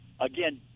Again